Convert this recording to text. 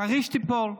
חריש תיפול.